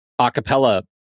acapella